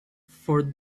for